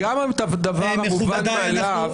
גם את הדבר המובן מאליו.